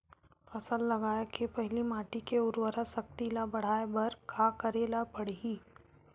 फसल लगाय के पहिली माटी के उरवरा शक्ति ल बढ़ाय बर का करेला पढ़ही?